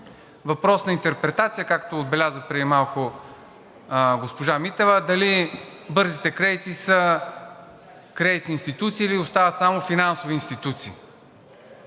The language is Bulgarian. Въпрос на интерпретация е, както отбеляза преди малко госпожа Митева, дали бързите кредити са кредитни институции, или остават само финансови институции.